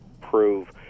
prove